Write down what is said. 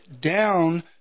down